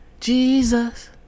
Jesus